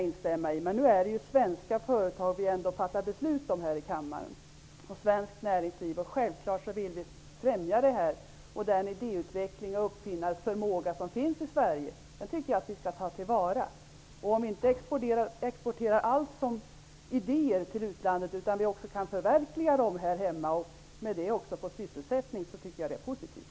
Men nu är det svenska företag och svenskt näringsliv som vi skall fatta beslut om här i kammaren. Då vill vi i Folkpartiet självfallet främja och ta vara på den idéutveckling och uppfinnarförmåga som finns i Sverige. Om vi i Sverige inte exporterar alla idéer till utlandet utan förverkligar dem i Sverige och därmed skapar sysselsättning, är det positivt.